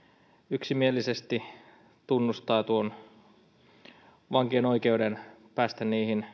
yksimielisesti tunnustavat tuon vankien oikeuden päästä